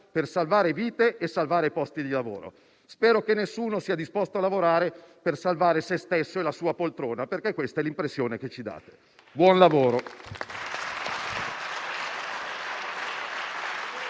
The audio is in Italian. per salvare vite e posti di lavoro. Spero che nessuno sia disposto a lavorare per salvare se stesso e la sua poltrona, perché questa è l'impressione che ci date. Buon lavoro.